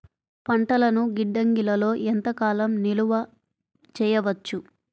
పంటలను గిడ్డంగిలలో ఎంత కాలం నిలవ చెయ్యవచ్చు?